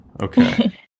Okay